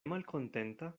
malkontenta